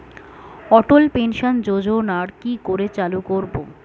অটল pension যোজনার কি করে চালু করব?